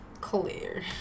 clear